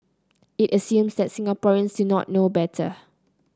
it assumes that Singaporeans do not know better